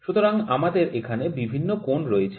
সুতরাং আমাদের এখানে বিভিন্ন কোণ রয়েছে